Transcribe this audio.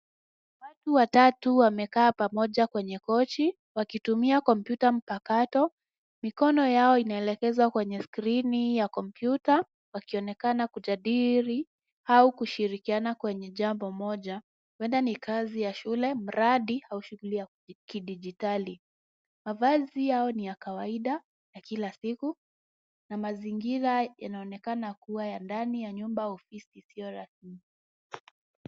Watu watatu wamekaa pamoja kwenye kochi wakitumia kompyuta mpakato. Mikono yao inaelekezwa kwenye skrini ya kompyuta wakionekana kujadili au kushirikiana kwenye jambo moja, huenda ni kazi ya shule, mradi au shughuli ya kidijitali. Mavazi yao ni ya kawaida ya kila siku na mazingira yanaonekana kuwa ya ndani ya nyumba au ofisi isiyo rasmi.